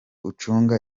ucunga